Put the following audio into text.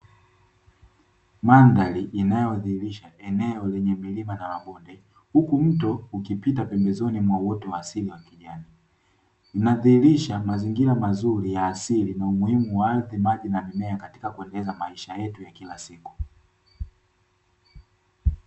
Mandhari inayo dhihirisha eneo lenye milima na mabonde huku mto ukipita pembezoni mwa uoto wa asili wa kijani, inadhirisha mazingira mazuri ya asili na umuhimu wa ardhi, maji na mimea katika kuendeleza maisha yetu ya kila siku.